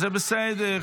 זה בסדר.